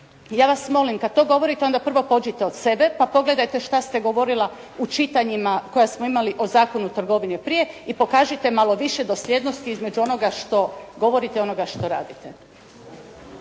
ja vas molim, kada to govorite, onda prvo pođite od sebe, pa pogledajte šta ste govorila o čitanjima koja smo imali o Zakonu u trgovini prije i pokažite malo više dosljednosti između onoga što govorite i onoga što radite.